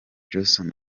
jason